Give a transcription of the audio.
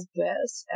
best